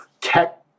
tech